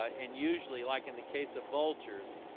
ah and usually like in the case of vultures,